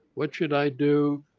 what should i do,